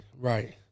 Right